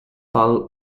fall